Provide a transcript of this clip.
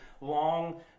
long